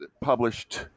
published